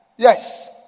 Yes